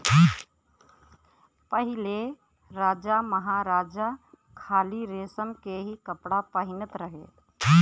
पहिले राजामहाराजा खाली रेशम के ही कपड़ा पहिनत रहे